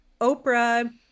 Oprah